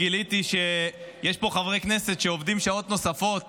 גיליתי שיש פה חברי כנסת שעובדים שעות נוספות